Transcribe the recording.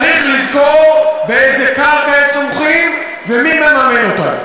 צריך לזכור באיזה קרקע הם צומחים ומי מממן אותם.